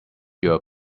your